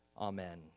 Amen